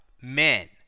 Men